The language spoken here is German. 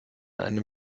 einem